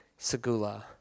segula